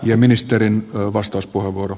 työministerin vastauspuheenvuoro